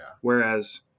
whereas